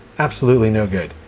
absolutely no good.